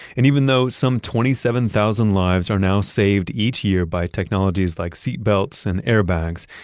and even though some twenty seven thousand lives are now saved each year by technologies like seat belts and airbags,